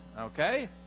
Okay